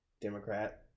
Democrat